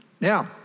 Now